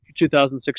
2016